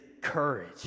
courage